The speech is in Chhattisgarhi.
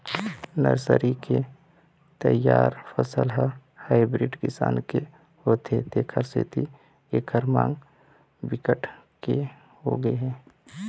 नर्सरी के तइयार फसल ह हाइब्रिड किसम के होथे तेखर सेती एखर मांग बिकट के होगे हे